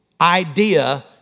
idea